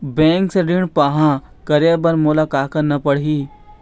Bank से ऋण पाहां करे बर मोला का करना पड़ही?